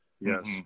Yes